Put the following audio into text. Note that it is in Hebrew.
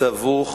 סבוך